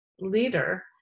leader